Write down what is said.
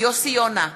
יוסי יונה,